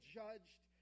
judged